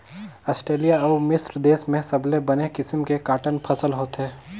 Australia अउ मिस्र देस में सबले बने किसम के कॉटन फसल होथे